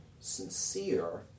sincere